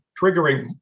triggering